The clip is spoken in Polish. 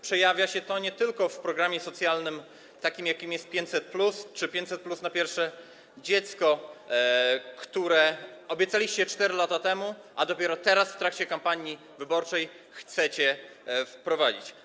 Przejawia się to nie tylko w programie socjalnym, jakim jest 500+ czy 500+ na pierwsze dziecko, które obiecaliście 4 lata temu, a dopiero teraz w trakcie kampanii wyborczej chcecie wprowadzić.